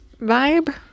vibe